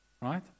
Right